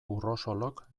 urrosolok